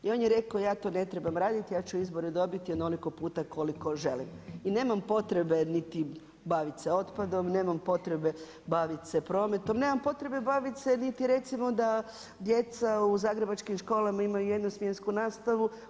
I on je rekao ja to ne trebam raditi, ja ću izbore dobiti onoliko puta koliko želim i nemam potrebe niti baviti se otpadom, nemam potrebe bavit se prometom, nemam potrebe niti baviti se niti recimo da djeca u zagrebačkim školama imaju jedno smjensku nastavu.